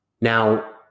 Now